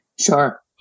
Sure